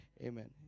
Amen